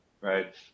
right